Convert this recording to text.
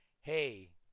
hey